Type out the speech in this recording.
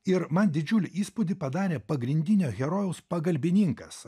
ir man didžiulį įspūdį padarė pagrindinio herojaus pagalbininkas